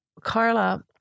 Carla